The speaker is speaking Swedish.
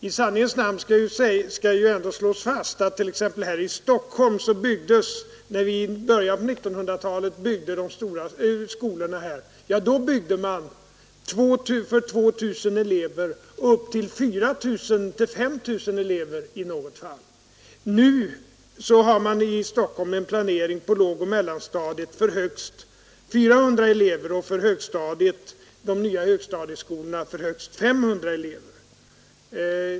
I sanningens namn skall det ändå slås fast att vi här i Stockholm i början av 1900-talet byggde stora skolor för 2 000 elever och upp till 4 000 och i något fall 5 000 elever. Nu har man i Stockholm en planering på lågoch mellanstadiet för skolor på högst 400 elever och för de nya högstadieskolorna på högst 500 elever.